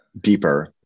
deeper